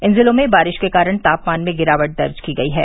इन जिलों में बारिश के कारण तापमान में गिरावट दर्ज की गई है